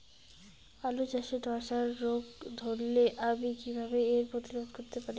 আলু চাষে ধসা রোগ ধরলে আমি কীভাবে এর প্রতিরোধ করতে পারি?